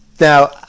Now